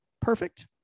perfect